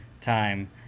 time